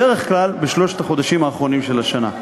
בדרך כלל בשלושת החודשים האחרונים של השנה.